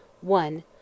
One